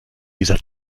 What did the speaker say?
dieser